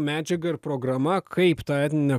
medžiaga ir programa kaip tą etninę